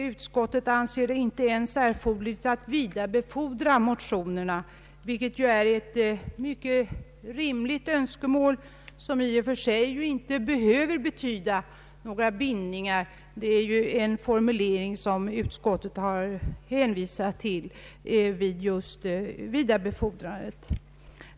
Utskottet anser det dock inte erforderligt att vidarebefordra motionerna, vilket ju är ett mycket rimligt önskemål och i och för sig inte behöver betyda några bindningar. Det är ju en formulering som utskott brukar använda just vid vidarebefordrandet.